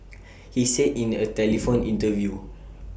he said in A telephone interview